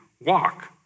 walk